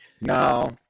No